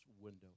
window